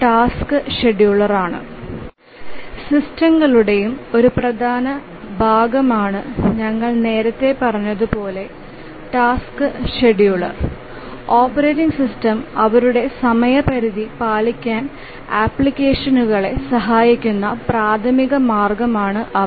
task scheduler എല്ലാ real time operating സിസ്റ്റങ്ങളുടെയും ഒരു പ്രധാന ഭാഗമാണെന്ന് ഞങ്ങൾ നേരത്തെ പറഞ്ഞതുപോലെ ഓപ്പറേറ്റിംഗ് സിസ്റ്റം അവരുടെ സമയപരിധി പാലിക്കാൻ അപ്ലിക്കേഷനുകളെ സഹായിക്കുന്ന പ്രാഥമിക മാർഗമാണ് അവ